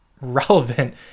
relevant